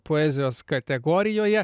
poezijos kategorijoje